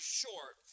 short